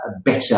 better